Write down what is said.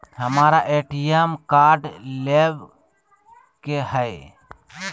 हमारा ATM card लेव के हई